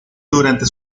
durante